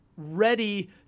ready